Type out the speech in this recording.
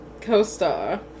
Co-star